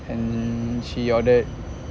and she ordered